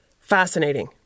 Fascinating